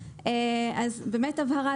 אפשר לקחת את המכסה ולנהל --- אז המכסה נודדת.